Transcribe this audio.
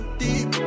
deep